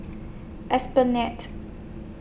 Esplanade